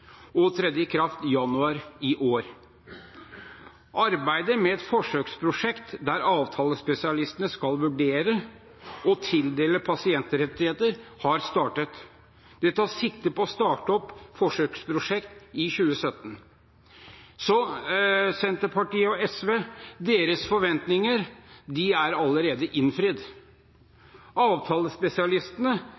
og trådte i kraft i januar i år. Arbeidet med et forsøksprosjekt der avtalespesialistene skal vurdere og tildele pasientrettigheter har startet. Det tas sikte på å starte opp forsøksprosjektet i 2017. Så Senterpartiet og SVs forventninger er allerede innfridd.